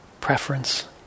preference